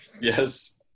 yes